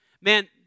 man